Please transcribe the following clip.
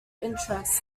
interest